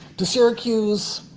to syracuse,